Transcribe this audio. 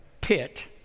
pit